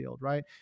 right